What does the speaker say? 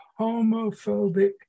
homophobic